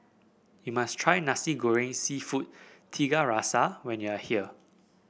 you must try Nasi Goreng seafood Tiga Rasa when you are here